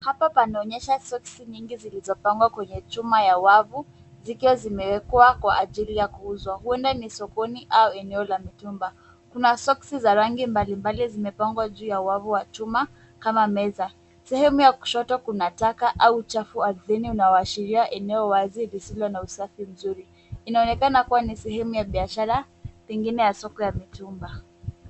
Hapa panaonyesha soksi nyingi zilizopangwa kwenye chuma ya wavu, zikiwa zimewekwa kwa ajili ya kuuzwa. Huenda ni sokoni au eneo la mitumba . Kuna soksi za rangi mbalimbali zimepangwa juu ya wavu wa chuma kama meza. Sehemu ya kushoto kuna taka au uchafu ardhini unaoashiria eneo wazi lisilo na usafi mzuri. Inaonekana kuwa ni sehemu ya biashara, pengine ya soko ya mitumba .